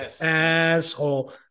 asshole